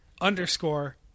underscore